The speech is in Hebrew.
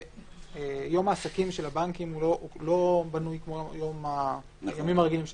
יום העסקים של הבנקים לא בנוי כמו הימים הרגילים שלנו,